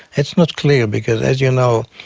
it's not clear, because, as you know,